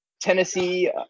Tennessee